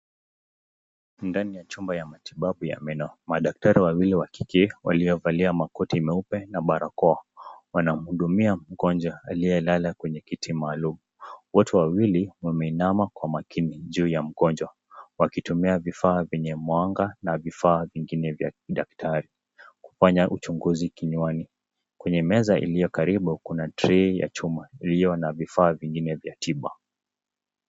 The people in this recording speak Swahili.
Ndani ya chumba ya matibabu ya meno, madaktari wawili wa kike waliovalia makoti meupe na barakwa wanahudumia mgonjwa aliye kwenye kiti maalum. Wote wawili wameinama kwa makini juu ya mgonjwa wakitumia vifaa vyenye mwanga na vifaa vingine vya kidaktari wakifanya uchunguzi kinywani. Kwenye meza iliyo karibu kuna tray ya chuma iliyo na vifaa vingine vya tiba.